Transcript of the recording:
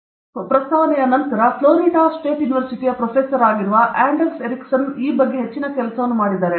Herbert Simon ಅವರ ಪ್ರಸ್ತಾವನೆಯ ನಂತರ ಫ್ಲೋರಿಡಾ ಸ್ಟೇಟ್ ಯೂನಿವರ್ಸಿಟಿಯ ಪ್ರೊಫೆಸರ್ ಆಂಡರ್ಸ್ ಎರಿಕ್ಸನ್ ಈ ಬಗ್ಗೆ ಹೆಚ್ಚಿನ ಕೆಲಸವನ್ನು ಮಾಡಿದ್ದಾನೆ